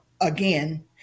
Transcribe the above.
again